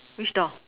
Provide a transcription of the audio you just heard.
which door